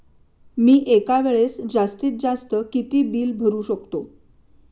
मी एका वेळेस जास्तीत जास्त किती बिल भरू शकतो?